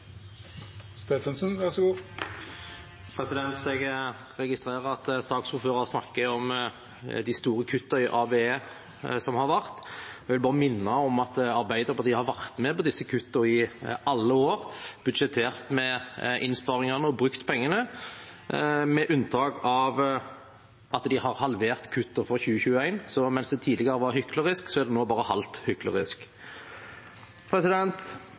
Jeg registrerer at saksordføreren snakket om de store kuttene som har vært i ABE-reformen. Jeg vil bare minne om at Arbeiderpartiet har vært med på disse kuttene i alle år – budsjettert med innsparingene og brukt pengene – med unntak av at de har halvert kuttene for 2021. Så mens de tidligere var hyklerske, er de nå bare